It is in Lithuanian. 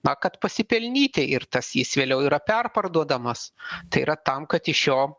na kad pasipelnyti ir tas jis vėliau yra perparduodamas tai yra tam kad iš jo